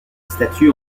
statut